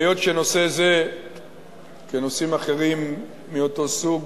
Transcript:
והיות שנושא זה ונושאים אחרים מאותו סוג